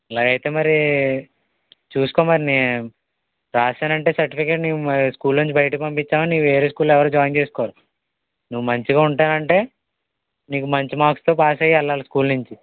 ఇలాగైతే మరీ చూసుకో మరి నే రాసానంటే సర్టిఫికేట్ నిన్ను స్కూల్లో నుంచి బయటకి పంపించామంటే నిన్ను వేరే స్కూల్లో ఎవరు జాయిన్ చేసుకోరు నువ్వు మంచిగా ఉంటానంటే నీకు మంచి మార్క్సుతో పాస్ అయ్యి వెళ్ళాలి స్కూల్ నుంచి